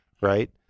Right